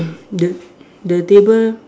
the the table